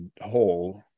whole